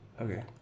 Okay